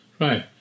Right